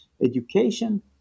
education